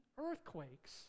earthquakes